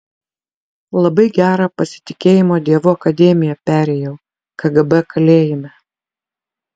labai gerą pasitikėjimo dievu akademiją perėjau kgb kalėjime